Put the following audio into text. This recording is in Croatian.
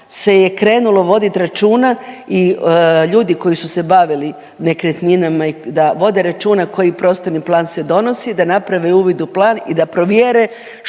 se je krenulo vodit računa i ljudi koji su se bavili nekretninama i da vode računa koji prostorni plan se donosi, da naprave uvid u plan i da provjere